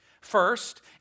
First